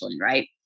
right